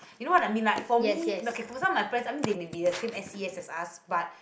you know what I mean like for me okay for some my friends they maybe as same as yes as us but